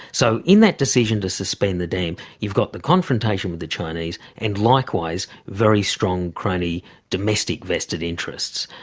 so in that decision to suspend the dam you've got the confrontation with the chinese and likewise very strong crony domestic vested interests.